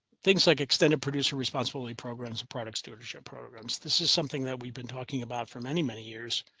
things like extended producer, responsibility, programs and products to internship programs. this is something that we've been talking about for many, many years.